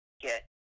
get